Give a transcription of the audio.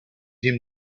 him